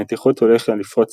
המתיחות הוליכה לפרוץ